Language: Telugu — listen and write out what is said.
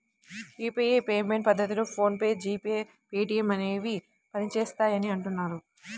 యూపీఐ పేమెంట్ పద్ధతిలో PhonePe, G pay, Paytm అనేవి పనిచేస్తాయని అంటున్నారు